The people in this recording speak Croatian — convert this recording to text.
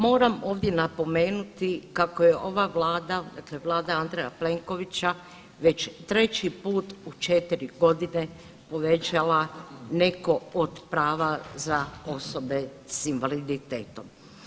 Moram ovdje napomenuti kako je ova vlada, dakle vlada Andreja Plenkovića već treći put u 4 godine uvećala neko od prava za osobe s invaliditetom.